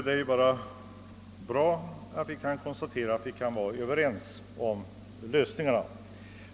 Det är ju bra att vi är överens om lösningarna.